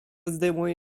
zdejmuje